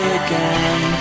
again